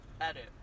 Edit